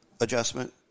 adjustment